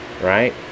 Right